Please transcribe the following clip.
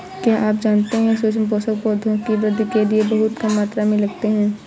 क्या आप जानते है सूक्ष्म पोषक, पौधों की वृद्धि के लिये बहुत कम मात्रा में लगते हैं?